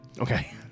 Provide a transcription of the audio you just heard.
Okay